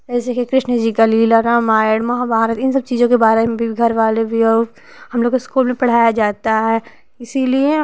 जैसे कि कृष्ण जी का लीला रामायण महाभारत इन सब चीज़ों के बारे में भी घर वाले भी और हमलोग को स्कूल में पढ़ाया जाता है इसलिए